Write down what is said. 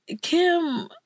Kim